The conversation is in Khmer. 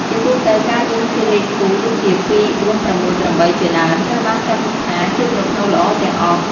ជាទូទៅ ការយំជាលេខគូ ដូចជា ២, ៤, ៦, ៨ ជាដើម ត្រូវបានចាត់ទុកថាជាប្រផ្នូលល្អទាំងអស់។